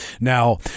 Now